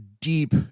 deep